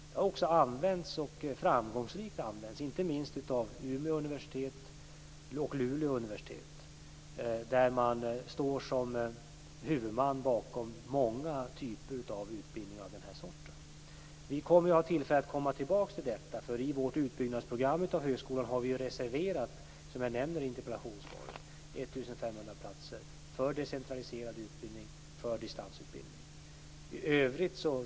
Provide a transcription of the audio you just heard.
Det har också använts med framgång av inte minst Umeå universitet och Luleå universitet, vilka står som huvudman bakom många utbildningar av den här sorten. Vi kommer att få tillfälle att komma tillbaka till detta. I vårt program för utbyggnad av högskolan har vi ju, som jag nämner i interpellationssvaret, reserverat 1 500 platser för decentraliserad utbildning och distansutbildning.